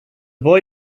boy